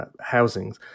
housings